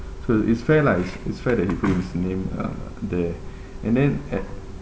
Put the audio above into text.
so it's fair lah it's it's fair that he put his name uh there and then at